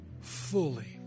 fully